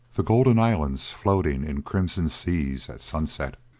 the golden islands floating in crimson seas at sunset,